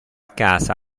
casa